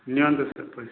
ନିଅନ୍ତୁ ସାର୍ ପଇସା